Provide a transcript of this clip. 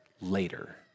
later